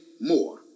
more